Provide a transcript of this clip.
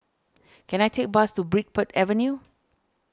can I take a bus to Bridport Avenue